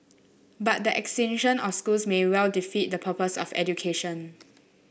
but the extinction of schools may well defeat the purpose of education